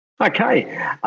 Okay